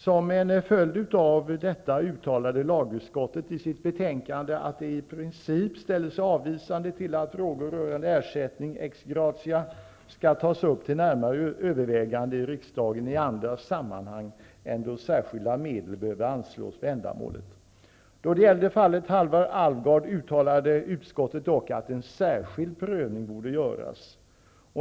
Som en följd härav uttalade lagutskottet i sitt betänkande att det i princip ställer sig avvisande till att frågor rörande ersättning ex gratia skall tas upp till närmare övervägande i riksdagen i andra sammanhang än då särskilda medel behöver anslås för ändamålet. Då det gällde fallet Halvar Alvgard uttalade utskottet dock att en särskild prövning borde göras.